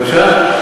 בבקשה?